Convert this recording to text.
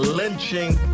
lynching